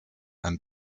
ein